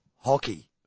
hockey